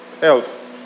health